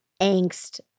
angst